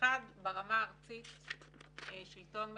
ברמה הארצית של השלטון המרכזי,